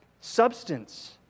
substance